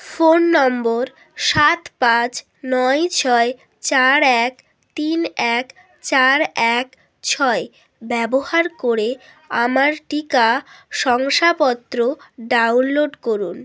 phone number সাত পাঁচ নয় ছয় চার এক তিন এক চার এক ছয় ব্যবহার করে আমার টিকা শংসাপত্র ডাউনলোড করুন